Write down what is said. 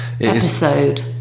episode